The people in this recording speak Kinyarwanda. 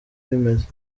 rimeze